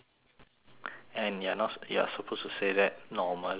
and you're not you're supposed to say that normally not